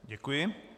Děkuji.